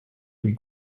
lui